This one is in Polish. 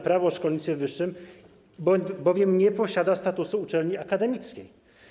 Prawo o szkolnictwie wyższym, bowiem nie posiada statusu uczelni akademickiej.